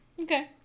Okay